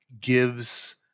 gives